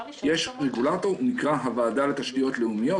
יש רגולטור הוא נקרא הוועדה לתשתיות לאומיות